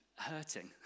hurting